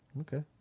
Okay